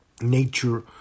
nature